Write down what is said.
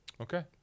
Okay